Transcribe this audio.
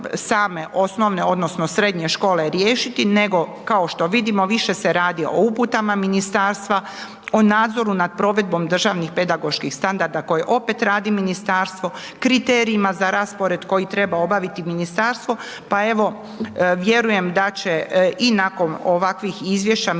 odnosno, srednje škole riješiti, nego kao što vidimo, više se radi o uputama ministarstva, o nadzoru nad provedbom, državnih pedagoških standarda, koje opet radi ministarstvo, kriterijima za raspored koji treba obaviti ministarstvo, pa evo, vjerujem da će i nakon ovakvih izvješća ministarstvo